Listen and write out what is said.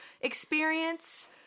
experience